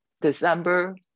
December